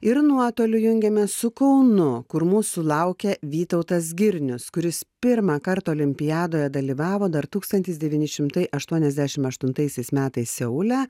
ir nuotoliu jungiamės su kaunu kur mūsų laukia vytautas girnius kuris pirmą kartą olimpiadoje dalyvavo dar tūkstantis devyni šimtai aštuoniasdešimt aštuntaisiais metais seule